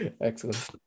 excellent